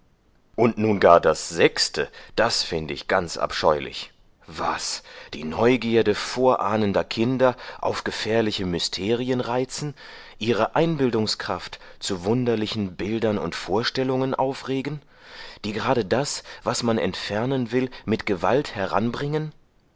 und nun gar das sechste das finde ich ganz abscheulich was die neugierde vorahnender kinder auf gefährliche mysterien reizen ihre einbildungskraft zu wunderlichen bildern und vorstellungen aufregen die gerade das was man entfernen will mit gewalt